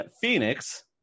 Phoenix